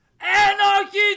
Anarchy